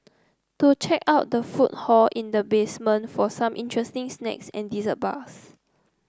to check out the food hall in the basement for some interesting snacks and dessert bars